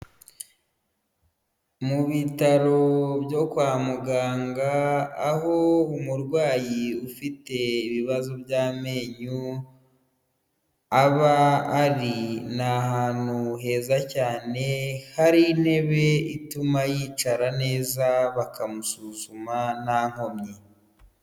Mu bitaro byo kwa muganga aho umurwayi ufite ibibazo by'amenyo, aba ari; ni ahantu heza cyane, hari intebe ituma yicara neza bakamusuzuma nta nkomyi.